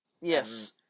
Yes